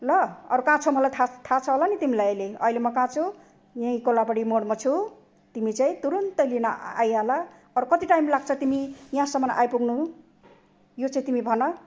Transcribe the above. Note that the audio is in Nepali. ल अरू कहाँ छ मलाई थाहा थाहा छ होला नि तिमीलाई अहिले अहिले म कहाँ छु यहीँ कोलाबारी मोडमा छु तिमी चाहिँ तुरुन्तै लिन आइहाल अरू कति टाइम लाग्छ तिमी यहाँसम्म आइपुग्नु यो चाहिँ तिमी भन